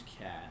Cat